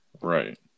Right